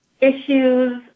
issues